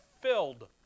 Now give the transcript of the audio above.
filled